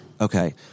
Okay